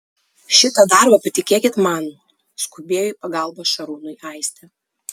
šitą darbą patikėkit man skubėjo į pagalbą šarūnui aistė